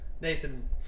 Nathan